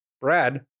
Brad